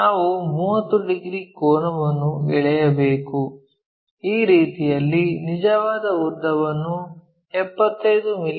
ನಾವು 30 ಡಿಗ್ರಿ ಕೋನವನ್ನು ಎಳೆಯಬೇಕು ಈ ರೀತಿಯಾಗಿ ನಿಜವಾದ ಉದ್ದವನ್ನು 75 ಮಿ